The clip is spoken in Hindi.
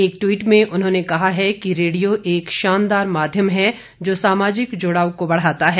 एक टवीट में उन्होंने कहा है कि रेडियो एक शानदार माध्यम है जो सामाजिक जुड़ाव को बढ़ाता है